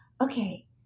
okay